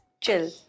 chill